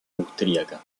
austríaca